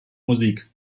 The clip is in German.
musik